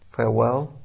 Farewell